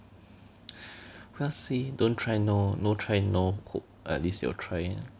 !huh! see don't try no no try no hope at least 有 try